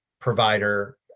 provider